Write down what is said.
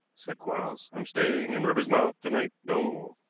said quarles. i'm staying in riversmouth to-night no,